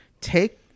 take